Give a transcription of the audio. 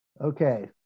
Okay